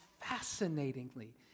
fascinatingly